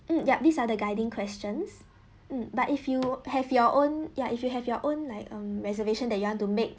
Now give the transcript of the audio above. mm yup these are the guiding questions mm but if you have your own ya if you have your own like a reservation that you want to make